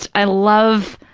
i love,